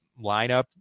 lineup